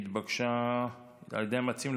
כפי שהתבקש על ידי המציעים,